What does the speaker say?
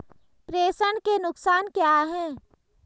प्रेषण के नुकसान क्या हैं?